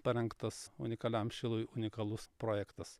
parengtas unikaliam šilui unikalus projektas